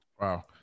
Wow